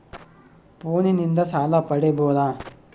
ಫೋನಿನಿಂದ ಸಾಲ ಪಡೇಬೋದ?